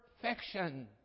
perfection